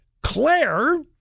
Claire